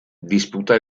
disputa